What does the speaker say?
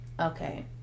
Okay